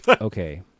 okay